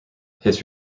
his